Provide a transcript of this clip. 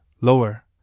lower